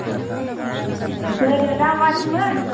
ए गोदो माबादिमोन